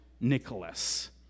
Nicholas